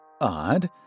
Odd